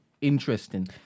interesting